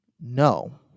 No